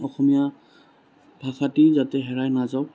অসমীয়া ভাষাটো যাতে হেৰাই নাযাওক